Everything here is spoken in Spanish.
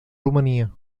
rumanía